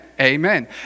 amen